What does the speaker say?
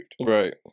Right